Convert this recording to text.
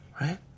right